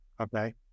okay